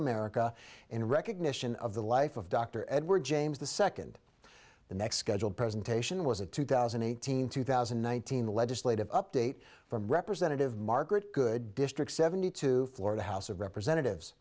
america in recognition of the life of dr edward james the second the next scheduled presentation was a two thousand and eighteen two thousand and one thousand legislative update from representative margaret good district seventy two florida house of representatives